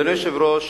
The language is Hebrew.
אדוני היושב-ראש,